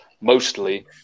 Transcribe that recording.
mostly